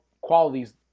qualities